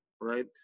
right